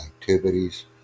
activities